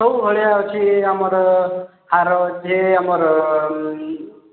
ସବୁ ଭଳିଆ ଅଛି ଆମର ହାର ଅଛି ଆମର